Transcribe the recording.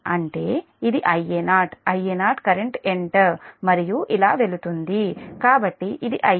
అంటే ఇది Ia0 Ia0 current enter మరియు ఇలా వెళుతుంది కాబట్టి ఇది Ia0